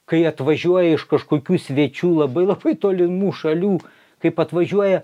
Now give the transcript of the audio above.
kai atvažiuoja iš kažkokių svečių labai labai tolimų šalių kaip atvažiuoja